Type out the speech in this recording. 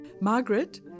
Margaret